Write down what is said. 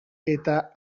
eta